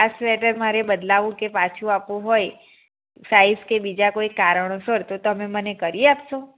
આ સ્વેટર મારે બદલાવવું કે પાછું આપવું હોય સાઈઝ કે બીજા કોઈ કારણોસર તો તમે મને કરી આપશો